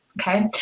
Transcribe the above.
Okay